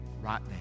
right